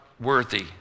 worthy